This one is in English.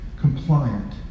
compliant